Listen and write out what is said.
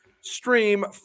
stream